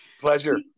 pleasure